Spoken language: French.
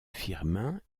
firmin